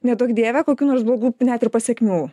neduok dieve kokių nors blogų net ir pasekmių